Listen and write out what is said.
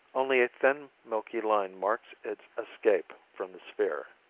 only a thin, milky line marks its escape from the sphere.